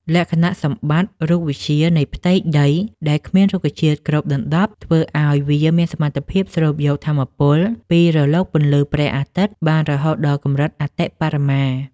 លក្ខណៈសម្បត្តិរូបវិទ្យានៃផ្ទៃដីដែលគ្មានរុក្ខជាតិគ្របដណ្ដប់ ធ្វើឱ្យវាមានសមត្ថភាពស្រូបយកថាមពលពីរលកពន្លឺព្រះអាទិត្យបានរហូតដល់កម្រិតអតិបរមា។